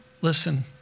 listen